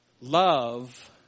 love